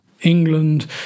england